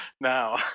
now